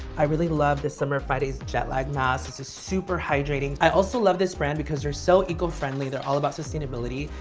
i really love this summer fridays jetlag mask. it's just super hydrating. i also love this brand because you're so eco friendly. they're all about sustainability.